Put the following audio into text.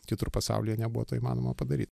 kitur pasaulyje nebuvo to įmanoma padaryt